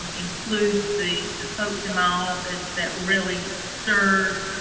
um includes the the folks in my office that really serve